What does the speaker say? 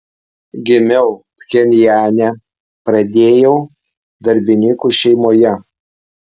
gimiau pchenjane pradėjau darbininkų šeimoje